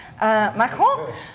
Macron